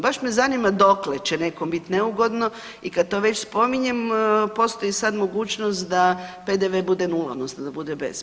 Baš me zanima dokle će nekom bit neugodno i kad to već spominjem postoji sad mogućnost da PDV bude nula, odnosno da bude bez.